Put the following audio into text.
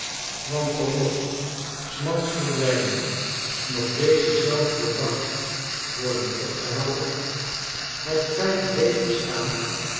want al mocht s mans verdwijnen nog dezen zelfden dag worden opgehelderd het feit bleef bestaan